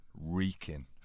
reeking